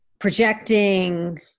projecting